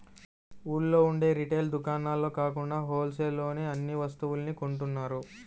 ఊళ్ళో ఉండే రిటైల్ దుకాణాల్లో కాకుండా హోల్ సేల్ లోనే అన్ని వస్తువుల్ని కొంటున్నారు